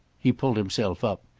he pulled himself up.